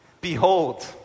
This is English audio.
Behold